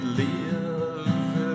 live